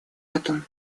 этом